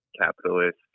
capitalist